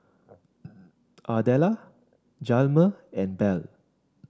Ardella Hjalmer and Belle